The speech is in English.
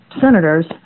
senators